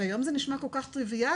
שהיום זה נשמע כל כך טרוויאלי,